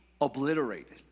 obliterated